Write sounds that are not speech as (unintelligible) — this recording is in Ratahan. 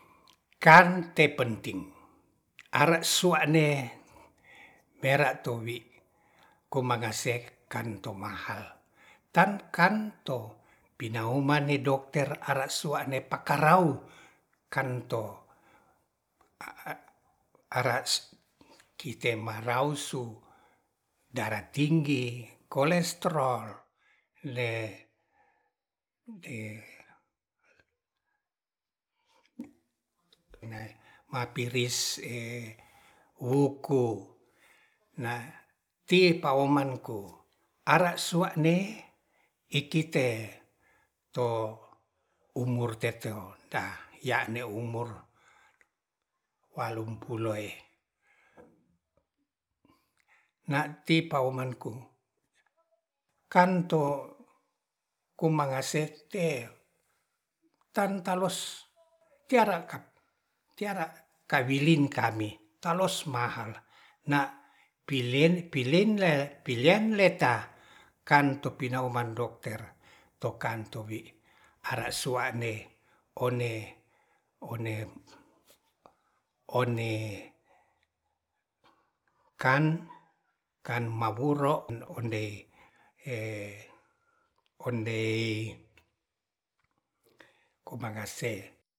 Kan te penti are sua'ne pera towi komagase kan tomahal tan kan to pinauman idokter ara sua'ne pakarau kan to ara kite marau su dara tinggi kolestrol le mapiris (hesitation) wuku nati pawomanku ara sua'ne ikite to umur (unintelligible) walumpu loe na ti paoman ku kan to kumangase te tan talos tiara kap tiara kawiling kami talos mahal na pilien-pilien le ta kan to pi nauman dikter to kanto bi ara sua'ne one one one kan mautro ondei komsngase